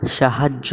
সাহায্য